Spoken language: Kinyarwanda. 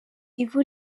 ivu